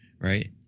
right